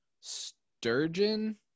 sturgeon